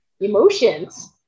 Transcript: emotions